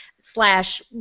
slash